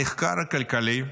המחקר הכלכלי,